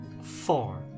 Four